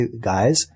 guys